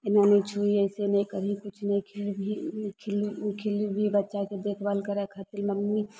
एना नहि छुइयै एहिसे नहि करही किछु नहि छुबही ई खिल्बली खिल्ली बच्चाके देखभाल करए खातिर मम्मी